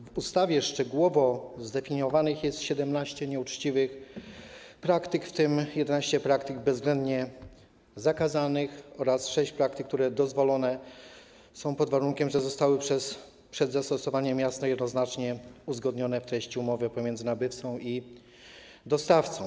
W ustawie szczegółowo zdefiniowanych jest 17 nieuczciwych praktyk, w tym 11 praktyk bezwzględnie zakazanych oraz 6 praktyk, które dozwolone są pod warunkiem, że zostały przed zastosowaniem jasno i jednoznacznie uzgodnione w treści umowy pomiędzy nabywcą i dostawcą.